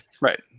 Right